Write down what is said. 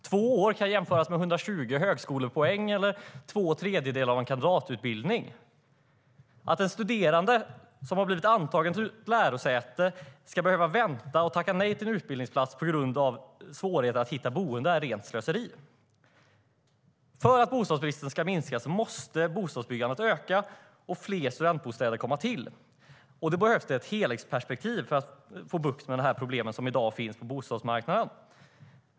Två år kan jämföras med 120 högskolepoäng eller två tredjedelar av en kandidatutbildning. Att en studerande som blivit antagen till ett lärosäte ska behöva vänta eller tacka nej till en utbildningsplats på grund av svårigheter med att hitta boende är rent slöseri. För att bostadsbristen ska minska måste bostadsbyggandet öka och fler studentbostäder komma till. Det behövs ett helhetsperspektiv för att få bukt med problemen som i dag finns på bostadsmarknaden.